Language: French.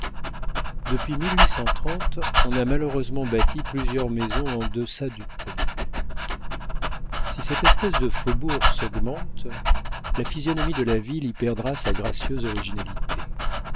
depuis on a malheureusement bâti plusieurs maisons en deçà du pont si cette espèce de faubourg s'augmente la physionomie de la ville y perdra sa gracieuse originalité